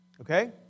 okay